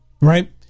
right